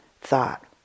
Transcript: thought